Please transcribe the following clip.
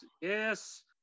yes